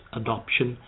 adoption